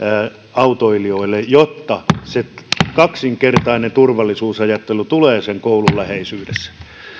autoilijoille jotta se kaksinkertainen turvallisuusajattelu tulee koulun läheisyydessä